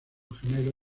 gemelo